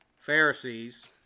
Pharisees